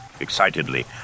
Excitedly